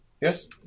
Yes